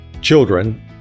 children